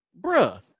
bruh